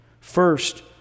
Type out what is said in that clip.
First